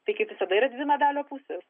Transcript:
tai kaip visada yra dvi medalio pusės